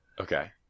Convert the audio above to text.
okay